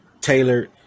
tailored